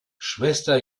schwester